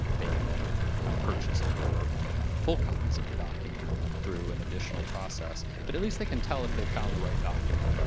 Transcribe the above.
they can then purchase and order full copies of the document through an additional process. but at least they can tell if they found the right document.